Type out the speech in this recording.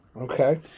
Okay